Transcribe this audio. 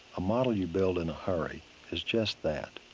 a model you build in a hurry is just that,